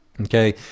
okay